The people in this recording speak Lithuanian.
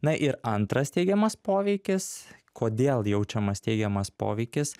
na ir antras teigiamas poveikis kodėl jaučiamas teigiamas poveikis